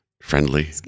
friendly